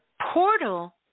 portal